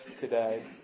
today